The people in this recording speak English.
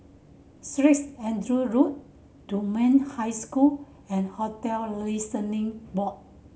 Streets Andrew Road Dunman High School and Hotel Listening Board